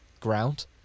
ground